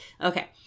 Okay